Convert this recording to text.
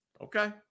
Okay